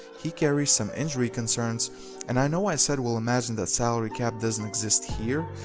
he carries some injury concerns and i know i said we'll imagine that salary cap doesn't exist here,